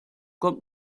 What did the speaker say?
kommt